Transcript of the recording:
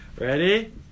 Ready